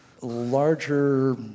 larger